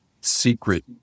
secret